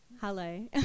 Hello